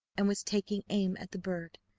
and was taking aim at the bird,